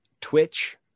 twitch